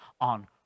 on